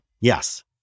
Yes